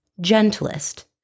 gentlest